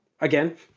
again